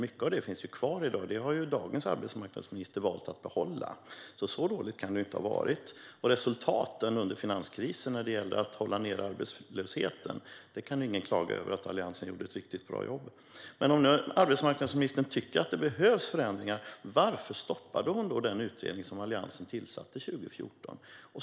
Mycket av detta finns kvar i dag och är sådant som dagens arbetsmarknadsminister har valt att behålla. Så dåligt kan det alltså inte ha varit. Resultaten under finanskrisen när det gällde att hålla nere arbetslösheten kan ingen heller klaga över. Alliansen gjorde ett riktigt bra jobb. Men om nu arbetsmarknadsministern tycker att det behövs förändringar, varför stoppade hon då 2015 den utredning som Alliansen tillsatte 2014?